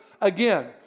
again